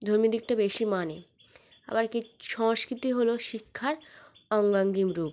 ধর্মীয় দিকটা বেশি মানে আবার কে সংস্কৃতি হলো শিক্ষার অঙ্গাঙ্গী রূপ